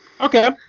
Okay